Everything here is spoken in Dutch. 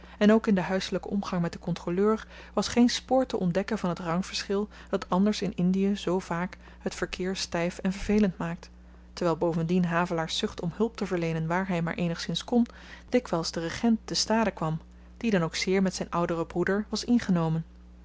en ook in den huiselyken omgang met den kontroleur was geen spoor te ontdekken van t rangverschil dat anders in indie zoo vaak het verkeer styf en vervelend maakt terwyl bovendien havelaars zucht om hulp te verleenen waar hy maar eenigszins kon dikwyls den regent te stade kwam die dan ook zeer met zyn ouderen broeder was ingenomen